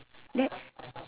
let